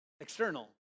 External